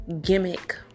gimmick